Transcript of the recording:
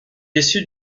issu